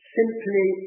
simply